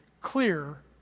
clear